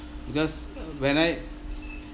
because when I